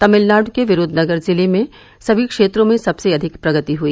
तमिलनाडु के विरूधनगर जिले में सभी क्षेत्रों में सबसे अधिक प्रगति हुई